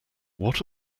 what